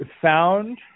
found